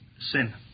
sin